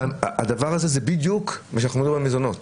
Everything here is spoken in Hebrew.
הדבר הזה הוא בדיוק מה שאומרים על המזונות,